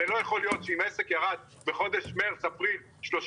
הרי לא יכול להיות שאם העסק ירד בחודשים מרץ-אפריל 38%,